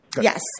Yes